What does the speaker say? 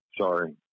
Sorry